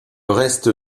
reste